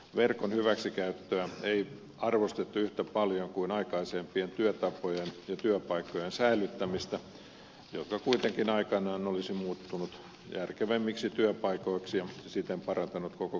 verkon hyväksikäyttö ei arvostettu yhtä paljon kuin aikaisempien työtapojen ja työpaikkojen säilyttämistä ei arvostettu tätä digitalisoitumisen ja verkon hyväksikäyttöä joka kuitenkin aikanaan olisi muuttunut järkevimmiksi työpaikoiksi ja siten parantanut koko kansan tuottavuutta